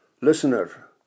listener